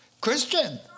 Christian